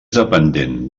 dependent